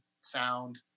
sound